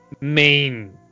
main